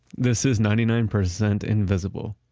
this is ninety nine percent invisible.